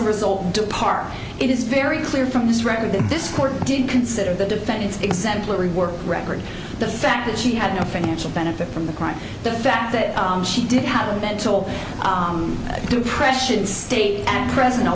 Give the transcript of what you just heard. a result depart it is very clear from this record that this court did consider the defendant's exemplary work record the fact that she had no financial benefit from the crime the fact that she did have a mental depression state and present